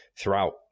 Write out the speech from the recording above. throughout